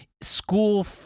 school